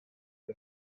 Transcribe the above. and